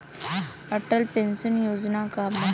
Atal pension योजना का बा?